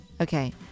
Okay